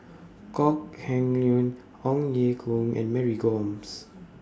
Kok Heng Leun Ong Ye Kung and Mary Gomes